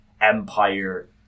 Empire